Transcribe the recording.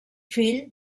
fill